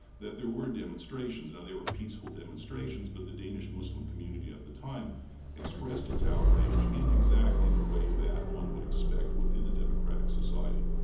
that there were demonstrations. now, they were peaceful demonstrations but the danish muslim community at the time expressed its outrage in exactly the way that one would expect within the democratic society.